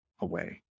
away